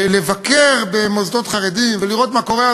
לבקר במוסדות חרדיים ולראות מה קורה.